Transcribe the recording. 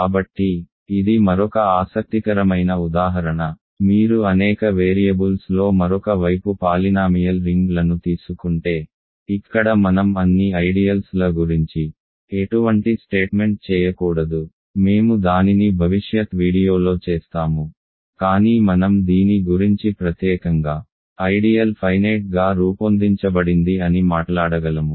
కాబట్టి ఇది మరొక ఆసక్తికరమైన ఉదాహరణ మీరు అనేక వేరియబుల్స్లో మరొక వైపు పాలినామియల్ రింగ్ లను తీసుకుంటే ఇక్కడ మనం అన్ని ఐడియల్స్ ల గురించి ఎటువంటి స్టేట్మెంట్ చేయకూడదు మేము దానిని భవిష్యత్ వీడియోలో చేస్తాము కానీ మనం దీని గురించి ప్రత్యేకంగా ఐడియల్ ఫైనేట్ గా రూపొందించబడింది అని మాట్లాడగలము